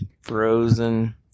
frozen